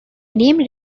name